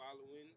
following